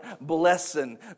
Blessing